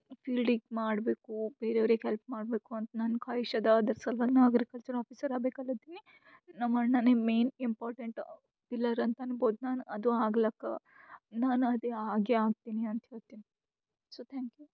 ಫೀಲ್ಡಿಗೆ ಮಾಡಬೇಕು ಬೇರೆ ಅವ್ರಿಗೆ ಹೆಲ್ಪ್ ಮಾಡಬೇಕು ಅಂತ ನನ್ಗೆ ಕ್ವಾಯಿಶ್ ಅದ ಅದ್ರ ಸಲ್ವಾಗಿ ನಾ ಅಗ್ರಿಕಲ್ಚರ್ ಆಫೀಸರ್ ಆಗ್ಬೇಕು ಅಂತದೀನಿ ನಮ್ಮ ಅಣ್ಣನೇ ಮೇಯ್ನ್ ಇಂಪಾರ್ಟೆಂಟ್ ಪಿಲ್ಲಾರ್ ಅಂತ ಅನ್ಬೋದು ನಾನು ಅದು ಆಗ್ಲಕ್ಕೆ ನಾನು ಅದೇ ಆಗೇ ಆಗ್ತೀನಿ ಅಂತ ಹೇಳ್ತಿನಿ ಸೊ ತ್ಯಾಂಕ್ ಯು